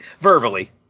Verbally